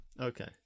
Okay